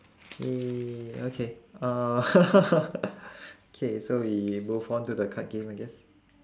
!yay! okay uh K so we move onto the card game I guess